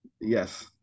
Yes